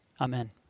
Amen